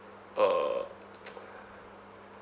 uh